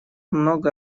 много